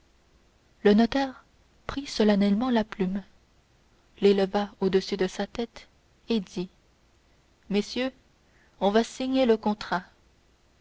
le notaire prit solennellement la plume l'éleva au-dessus de sa tête et dit messieurs on va signer le contrat